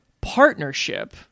partnership